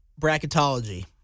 Bracketology